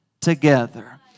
together